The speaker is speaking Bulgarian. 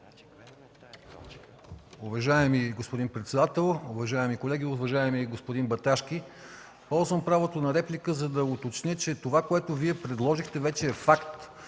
вече е факт.